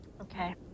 okay